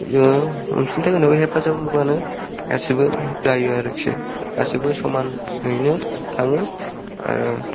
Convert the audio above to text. अनसुंथाय होनायाव हेफाजाब होबानो गासिबो जायो आरोखि गासिबो समानैनो थाङो आरो